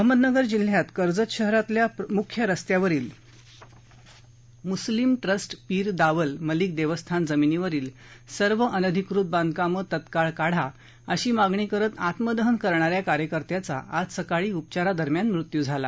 अहमदनगर जिल्ह्यात कर्जत शहरातील मुख्य रस्त्यावरील मुस्लिम ट्रस्ट पीर दावल मलिक देवस्थान जमिनीवरील सर्व अनधिकृत बांधकामे तत्काळ काढा अशी मागणी करत आत्मदहन करणाऱ्या कार्यकर्त्याचा आज सकाळी उपचारा दरम्यान मृत्यू झाला